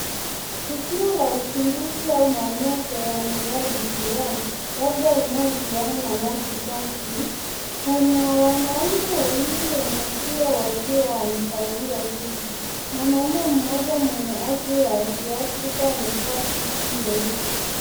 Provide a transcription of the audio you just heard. Tukio la uzinduzi au maonyesho ya mradi flani labda unao husiana na maji safi. Kuna wanaume wawili wenyefia wakiwa wamevalia suti. Mwanaume mmoja mwenye asili ya kiafrika ameva suti nyeusi.